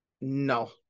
no